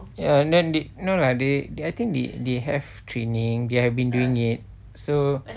ya and then they no lah they I think they they have training they have been doing it so